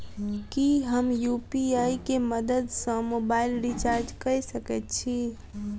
की हम यु.पी.आई केँ मदद सँ मोबाइल रीचार्ज कऽ सकैत छी?